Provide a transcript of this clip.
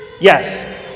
Yes